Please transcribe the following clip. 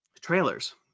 trailers